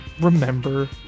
remember